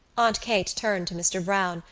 aunt kate turned to mr. browne,